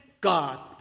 God